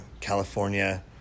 California